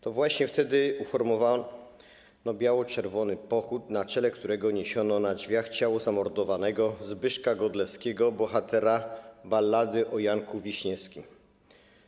To właśnie wtedy uformowano biało-czerwony pochód, na czele którego niesiono na drzwiach ciało zamordowanego Zbyszka Godlewskiego - bohatera ballady o Janku Wiśniewskim.